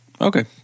okay